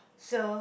so